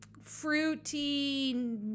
fruity